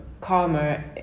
calmer